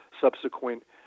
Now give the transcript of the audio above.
subsequent